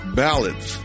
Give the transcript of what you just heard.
ballads